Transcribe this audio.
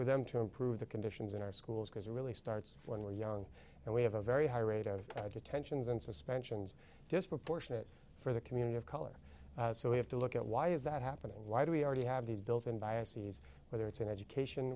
with them to improve the conditions in our schools because it really starts when we are young and we have a very high rate of detentions and suspensions disproportionate for the community of color so we have to look at why is that happening why do we already have these built in bias sees whether it's in education